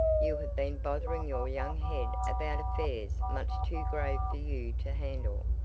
you have been bothering your young head about affairs much too grave for you to handle.